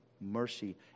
mercy